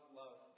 love